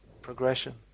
progression